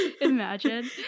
imagine